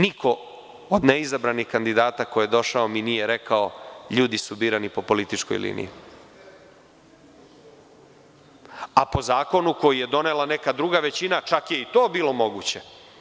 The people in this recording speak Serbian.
Niko od neizabranih kandidata ko je došao mi nije rekao – ljudi su birani po političkoj liniji, a po zakonu koji je donela neka druga većina čak je i to bilo moguće.